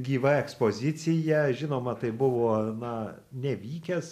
gyva ekspozicija žinoma tai buvo na nevykęs